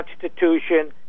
Constitution